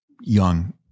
young